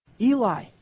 Eli